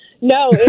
No